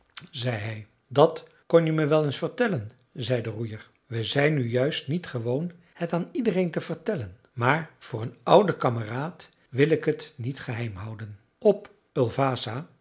zei hij dat kon je me wel eens vertellen zei de roeier we zijn nu juist niet gewoon het aan iedereen te vertellen maar voor een ouden kameraad wil ik het niet geheim houden op